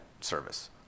service